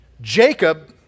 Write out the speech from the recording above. Jacob